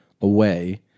away